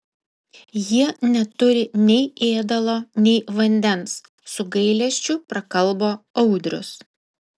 jie neturi nei ėdalo nei vandens su gailesčiu prakalbo audrius